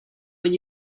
when